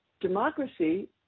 democracy